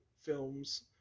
films